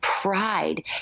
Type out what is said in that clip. pride